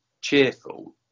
cheerful